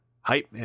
hype